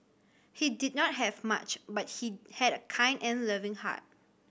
he did not have much but he had a kind and loving heart